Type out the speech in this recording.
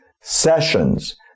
Sessions